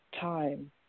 time